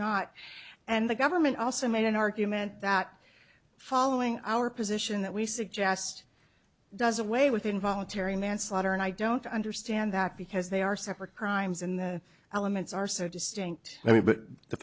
not and the government also made an argument that following our position that we suggest does away with involuntary manslaughter and i don't understand that because they are separate crimes in the elements are so distinct i mean but the